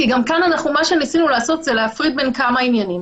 כי כאן מה שניסינו לעשות זה להפריד בין כמה עניינים.